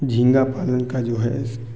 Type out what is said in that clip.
झींगा पालन का जो है